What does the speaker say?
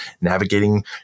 navigating